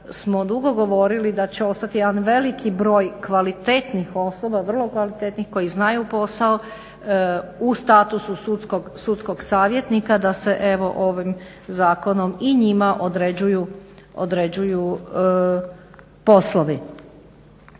smo dugo govorili da će ostati jedan veliki broj kvalitetnih osoba vrlo kvalitetnih koji znaju posao u statusu sudskog savjetnika da se evo ovim zakonom i njima određuju poslovi.